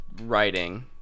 writing